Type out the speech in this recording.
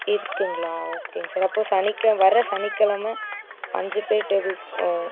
இருக்குதுங்களா ஓகேங்க சார் அப்போ சனிக்கெ வர்ர சனிக்கிழம அஞ்சு பேர் டேபிள் ம்